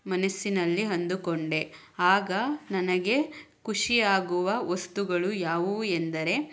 ಮನಸ್ಸಿನಲ್ಲಿ ಅಂದುಕೊಂಡೆ ಆಗ ನನಗೆ ಖುಷಿಯಾಗುವ ವಸ್ತುಗಳು ಯಾವುವು ಎಂದರೆ